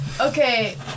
Okay